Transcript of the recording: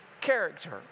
character